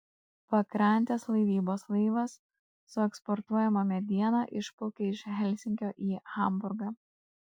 pakrantės laivybos laivas su eksportuojama mediena išplaukia iš helsinkio į hamburgą